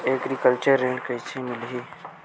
Agriculture ऋण कइसे मिलही?